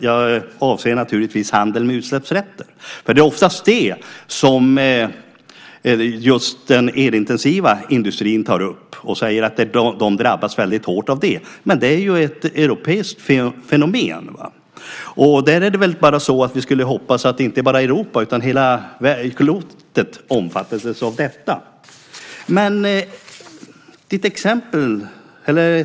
Jag avser naturligtvis handeln med utsläppsrätter. För det är oftast det som den elintensiva industrin tar upp. De säger att de drabbas väldigt hårt av det, men det är ju ett europeiskt fenomen. Vi kunde önska att inte bara Europa utan hela klotet omfattades av detta.